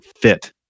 fit